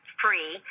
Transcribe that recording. free